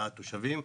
בתושבים,